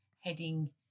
heading